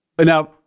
now